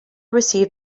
received